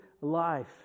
life